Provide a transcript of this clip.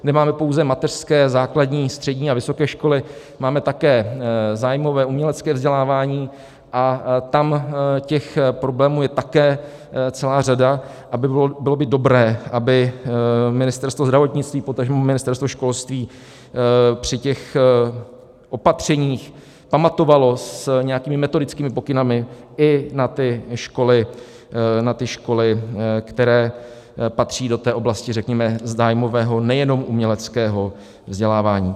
Nemáme pouze mateřské, základní, střední a vysoké školy, máme také zájmové umělecké vzdělávání a tam těch problémů je také celá řada a bylo by dobré, aby Ministerstvo zdravotnictví, potažmo Ministerstvo školství při těch opatřeních pamatovalo s nějakými metodickými pokyny i na ty školy, které patří do té oblasti, řekněme, zájmového, nejenom uměleckého vzdělávání.